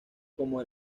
como